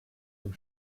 dem